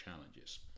challenges